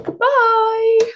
Bye